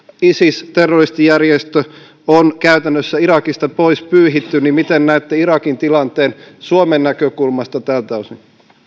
isis terroristijärjestö on käytännössä irakista pois pyyhitty miten näette irakin tilanteen suomen näkökulmasta tältä osin